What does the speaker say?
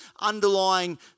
underlying